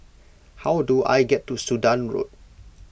how do I get to Sudan Road